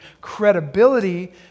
credibility